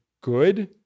good